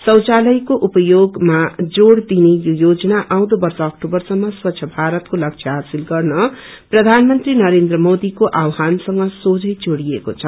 शोचालयको उपयोगमा जोड़ दिने यो योजना आउँदो वर्ष अक्टूबरसम्म स्वच्छ भारतको लक्ष्य हासिल गर्न प्रधानमन्त्री नरेन्द्र मोदीको आहवानसँग सोझै जुड़िएको छ